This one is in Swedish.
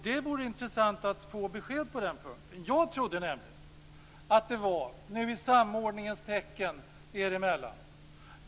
Det vore intressant att få besked på den punkten i samordningens tecken er emellan.